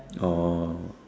oh